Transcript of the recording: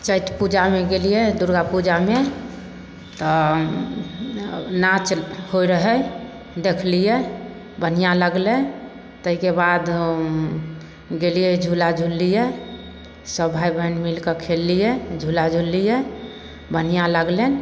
छठि पूजामे गेलिए दुर्गापूजामे तऽ नाच होइ रहै देखलिए बढ़िआँ लागलै ताहिकेबाद हम गेलिए झूला झुललिए सभ भाइ बहिन मिलिकऽ खेललिए झूला झुललिए बढ़िआँ लागलै